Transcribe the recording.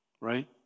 right